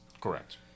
Correct